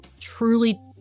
truly